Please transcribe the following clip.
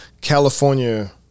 California